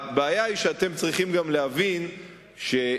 הבעיה היא שאתם צריכים גם להבין שאי-הסכמה